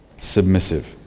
submissive